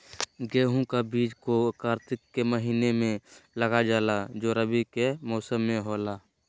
गेहूं का बीज को कार्तिक के महीना में लगा जाला जो रवि के मौसम में होला